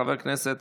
חבר הכנסת